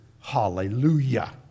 Hallelujah